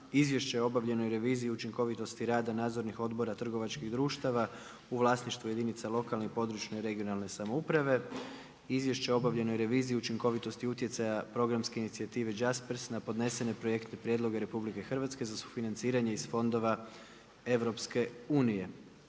Izvješće o obavljenoj reviziji učinkovitosti rada nadzornih odbora trgovačkih društava u vlasništvu jedinica lokalne i područne (regionalne) samouprave - Izvješće o obavljenoj reviziji učinkovitosti utjecaja programske inicijative JASPERS na podnesene projektne prijedloge Republike Hrvatske za sufinanciranje iz fondova Europske Unije